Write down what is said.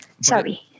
Sorry